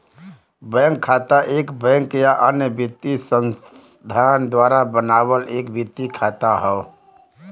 bank खाता एक bank या अन्य वित्तीय संस्थान द्वारा बनावल एक वित्तीय खाता हौ